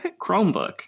Chromebook